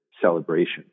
celebration